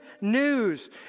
news